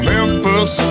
Memphis